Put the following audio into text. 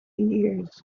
years